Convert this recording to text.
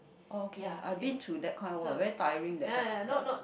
oh okay I've been through that kind !wah! very tiring that type uh